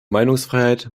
meinungsfreiheit